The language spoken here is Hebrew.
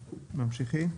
ממשיכים?